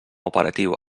operatiu